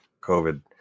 COVID